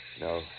No